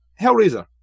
Hellraiser